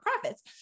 profits